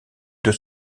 deux